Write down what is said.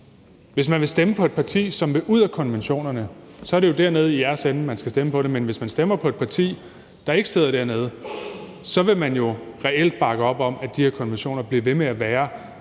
hvis man vil stemme på et parti, som vil ud af konventionerne, er det jo dem nede i jeres ende, man skal stemme på, men hvis man stemmer på et parti, der ikke sidder dernede, vil man jo reelt bakke op om, at de her konventioner bliver ved med at være